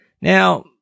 Now